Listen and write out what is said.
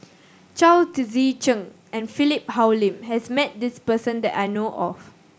Chao Tzee Cheng and Philip Hoalim has met this person that I know of